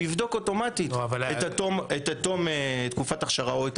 הוא יבדוק אוטומטית את תום תקופת האכשרה או את